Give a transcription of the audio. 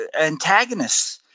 antagonists